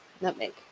Nutmeg